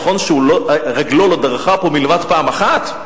נכון שרגלו לא דרכה פה מלבד פעם אחת,